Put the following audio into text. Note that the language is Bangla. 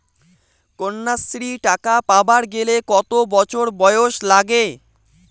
কন্যাশ্রী টাকা পাবার গেলে কতো বছর বয়স লাগে?